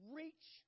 reach